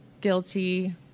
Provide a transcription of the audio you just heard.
guilty